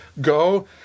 go